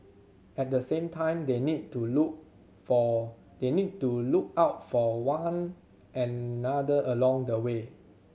at the same time they need to look for they need to look out for one another along the way